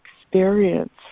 experience